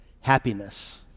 happiness